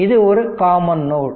இது ஒரு common note